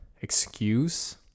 excuse